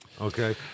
Okay